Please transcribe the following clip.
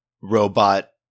robot-